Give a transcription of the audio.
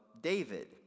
David